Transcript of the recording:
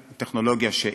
טכנולוגיה,